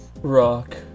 Rock